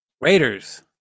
Raiders